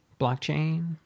Blockchain